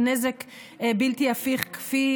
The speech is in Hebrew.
ונזק בלתי הפיך כפי